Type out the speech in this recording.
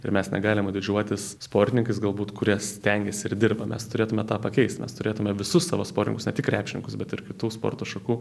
ir mes negalime didžiuotis sportininkais galbūt kurie stengiasi ir dirba mes turėtume tą pakeisti mes turėtume visus savo sportininkus ne tik krepšininkus bet ir kitų sporto šakų